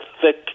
thick